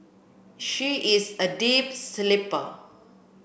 she is a deep sleeper